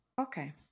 Okay